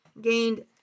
gained